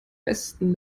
besten